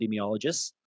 epidemiologists